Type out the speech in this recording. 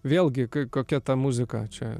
vėlgi kokia ta muzika čia